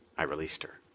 i released her.